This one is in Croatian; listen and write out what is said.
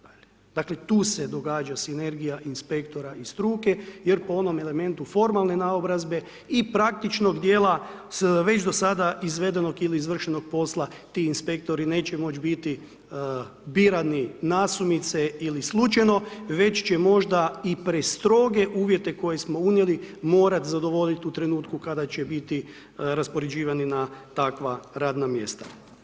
Dakle, tu se događa sinergija inspektora i struke jer po onom elementu formalne naobrazbe i praktičnog dijela već do sada izvedenog ili izvršenog posla ti inspektori neće moći biti birani nasumice ili slučajno, već će možda i prestroge uvjete koje smo unijeli morati zadovoljiti u trenutku kada će biti raspoređivani na takva radna mjesta.